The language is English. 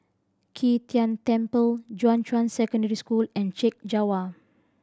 Qi Tian Tan Temple Junyuan Secondary School and Chek Jawa